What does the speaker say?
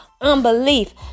unbelief